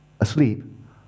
asleep